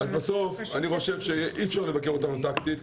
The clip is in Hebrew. אני חושב שאי אפשר לבקר אותנו מבחינה טקטית,